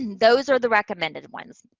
those are the recommended ones.